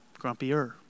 Grumpier